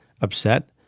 upset